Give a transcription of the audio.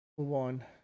One